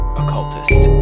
occultist